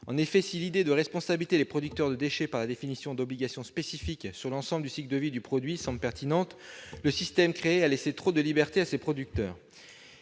En effet, si l'idée de responsabiliser les producteurs de déchets par la définition d'obligations spécifiques sur l'ensemble du cycle de vie du produit semble pertinente, le système créé a laissé trop de liberté à ces producteurs.